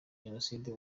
jenoside